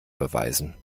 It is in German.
beweisen